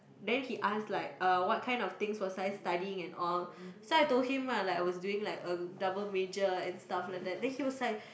then he ask like uh what kind of things was I studying and all so I told him lah that I was doing like a double major and stuff like that then he was like